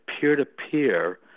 peer-to-peer